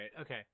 okay